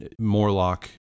Morlock